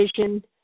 vision